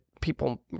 people